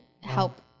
help